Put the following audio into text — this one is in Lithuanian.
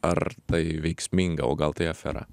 ar tai veiksminga o gal tai afera